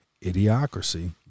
idiocracy